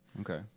okay